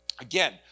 Again